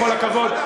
בכל הכבוד,